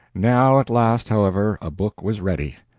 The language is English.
now, at last, however, a book was ready.